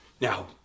Now